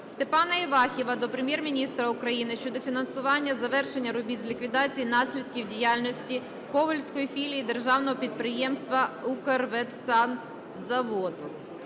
Степана Івахіва до Прем'єр-міністра України щодо фінансування завершення робіт з ліквідації наслідків діяльності Ковельської філії Державного підприємства "Укрветсанзавод".